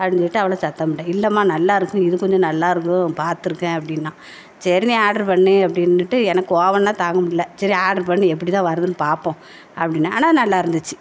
அப்படின் சொல்லிட்டு அவளை சத்தம் போட்டேன் இல்லைம்மா நல்லா இருக்கும் இது கொஞ்சம் நல்லா இருக்கும் பார்த்திருக்கேன் அப்படின்னா சரி நீ ஆர்ட்ரு பண்ணு அப்படின்னுட்டு எனக்கு கோவம்னால் தாங்க முடியல சரி ஆர்ட்ரு பண்ணு எப்படிதான் வருதுன்னு பார்ப்போம் அப்படின்னேன் ஆனால் நல்லா இருந்துச்சு